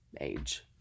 age